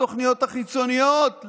התוכניות החיצוניות,